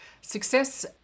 success